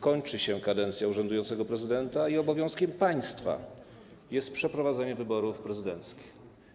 Kończy się kadencja urzędującego prezydenta i obowiązkiem państwa jest przeprowadzenie wyborów prezydenckich.